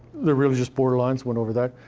they're really just borderlines went over that.